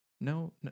No